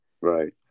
Right